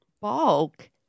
Bulk